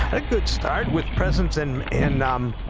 a good start with presence and and numb